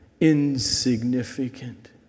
insignificant